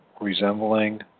resembling